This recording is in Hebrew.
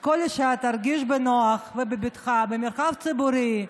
תרגיש בנוח ובבטחה במרחב הציבורי,